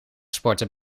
sporten